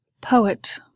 poet